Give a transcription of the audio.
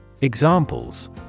Examples